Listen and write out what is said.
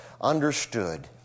understood